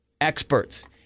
experts